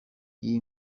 iyi